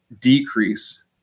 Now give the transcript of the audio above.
decrease